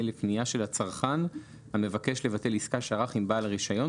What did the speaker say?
לפנייה של הצרכן המבקש לבטל עסקה שערך עם בעל הרישיון,